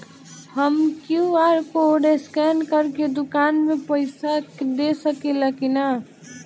हम QR code scan करके दुकान में पईसा दे सकेला की नाहीं?